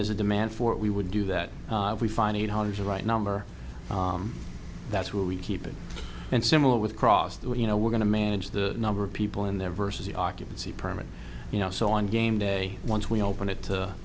there's a demand for it we would do that we find it hard to write number that's where we keep it and similar with cross that you know we're going to manage the number of people in there versus the occupancy permit you know so on game day once we open it to